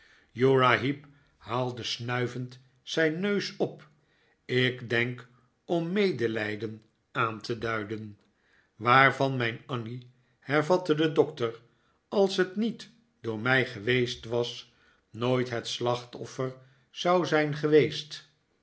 uriah heep haalde snuivend zijn neus op ik denk om medelijden aan te duiden waarvan mijn annie hervatte de doctor als het niet door mij geweest was nooit het slachtoffer zou zijn geweest